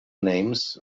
names